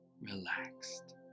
relaxed